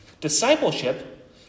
Discipleship